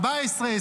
14,